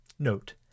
Note